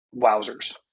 wowzers